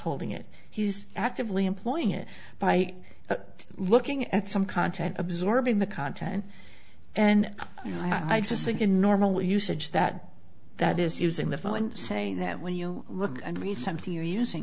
holding it he's actively employing it by looking at some content absorbing the content and i just think in normal usage that that is using the phone and saying that when you look and read something you're using